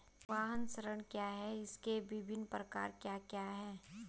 वाहन ऋण क्या है इसके विभिन्न प्रकार क्या क्या हैं?